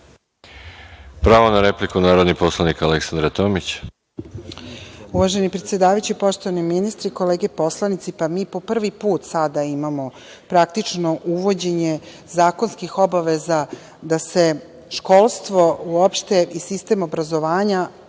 Pravo na repliku narodni poslanik Aleksandra Tomić. **Aleksandra Tomić** Uvaženi predsedavajući, poštovani ministre, kolege poslanici, mi po prvi put sada imamo praktično uvođenje zakonskih obaveza da se školstvo uopšte i sistem obrazovanja